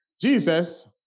Jesus